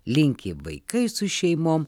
linki vaikai su šeimom